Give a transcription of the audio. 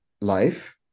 life